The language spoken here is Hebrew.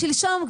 שלשום,